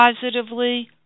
positively